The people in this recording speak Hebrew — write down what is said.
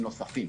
נראה